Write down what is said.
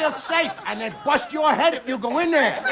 ah safe. and they'll bust your head if you go in there.